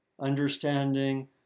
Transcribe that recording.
understanding